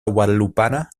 guadalupana